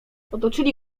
otoczyli